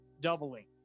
doubling